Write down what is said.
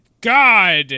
God